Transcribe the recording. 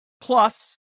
Plus